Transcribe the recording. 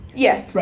yes.